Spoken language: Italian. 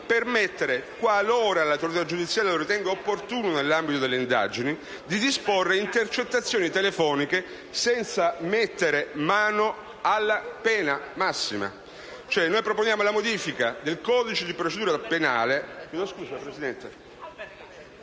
permettere, qualora l'autorità giudiziaria lo ritenga opportuno nell'ambito delle indagini, di disporre intercettazioni telefoniche senza mettere mano alla pena massima. Proponiamo dunque la modifica del codice di procedura penale